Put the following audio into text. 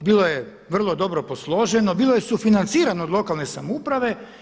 bilo je vrlo dobro posloženo, bilo je sufinancirano od lokalne samouprave.